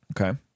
Okay